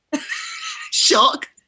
Shock